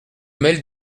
mêle